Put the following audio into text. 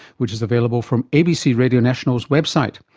which is available from abc radio national's website.